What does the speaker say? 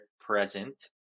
present